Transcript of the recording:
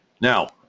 Now